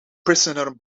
prisoner